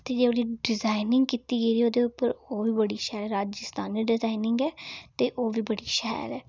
ते जेह्ड़ी डिजाइनिंग कीती गेदी ओह्दे उप्पर ओह् बी बड़ी शैल राज्यस्तानी डिजाइनिंग ऐ ते ओह् बी बड़ी शैल ऐ